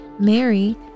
mary